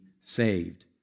saved